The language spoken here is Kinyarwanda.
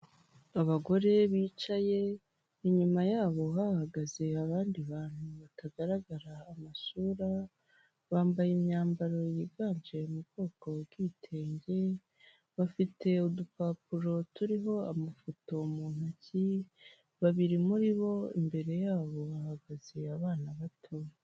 Abagore bicaye inyuma yabo hahagaze abandi bantu batagaragara amasura bambaye imyambaro yiganje mu bwoko bw'ibitenge, bafite udupapuro turiho amafoto mu ntoki babiri muri bo imbere yabo hahagaze abana bato.